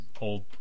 old